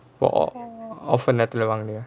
orh offer நேரத்துல வாங்குனியா:nerathula vaanguniyaa